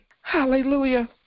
Hallelujah